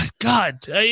God